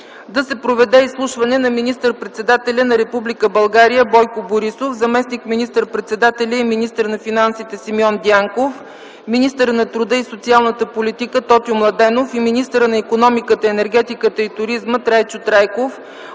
да се проведе изслушване на министър-председателя на Република България Бойко Борисов, заместник министър-председателя и министър на финансите Симеон Дянков, министъра на труда и социалната политика Тотю Младенов и министъра на икономиката, енергетиката и туризма Трайчо Трайков